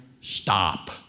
stop